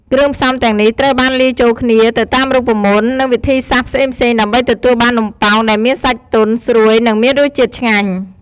គ្រឿងផ្សំទាំងនេះត្រូវបានលាយចូលគ្នាទៅតាមរូបមន្ត និងវិធីសាស្ត្រផ្សេងៗ ដើម្បីទទួលបាននំប៉ោងដែលមានសាច់ទន់ ស្រួយ និងមានរសជាតិឆ្ងាញ់។